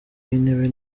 w’intebe